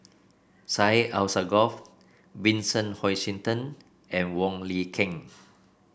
Syed Alsagoff Vincent Hoisington and Wong Lin Ken